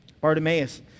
Bartimaeus